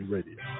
Radio